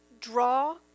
draw